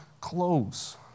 clothes